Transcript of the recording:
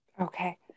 Okay